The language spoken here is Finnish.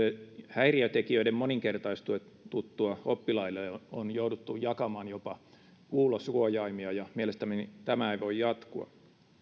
häiriötekijöiden moninkertaistuttua oppilaille on jouduttu jakamaan jopa kuulosuojaimia ja mielestäni tämä ei voi jatkua